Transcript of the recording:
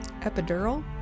Epidural